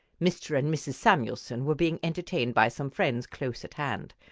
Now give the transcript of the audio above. mr. and mrs. samuelson were being entertained by some friends close at hand,